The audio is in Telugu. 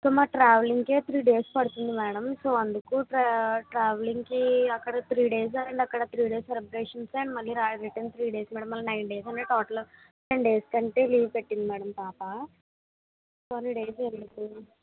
సో మా ట్రావెలింగ్కే త్రీ డేస్ పడుతుంది మ్యాడమ్ సో అందుకు ట్రా ట్రావెలింగ్కి అక్కడ త్రీ డేస్ అండ్ అక్కడ త్రీ డేస్ సెలెబ్రేషన్స్ అండ్ మళ్ళీ ర రిటర్న్ త్రీ డేస్ మళ్ళీ నైన్ డేస్ అంటే టోటల్ టెన్ డేస్ కంటే లీవ్ పెట్టింది మ్యాడమ్ పాప సో